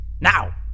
Now